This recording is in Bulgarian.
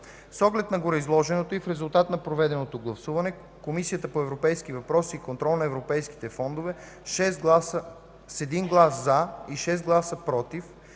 С оглед на гореизложеното и в резултат на проведеното гласуване Комисията по европейските въпроси и контрол на европейските фондове с 1 глас „за”, 6 гласа „против”